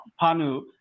Panu